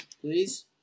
Please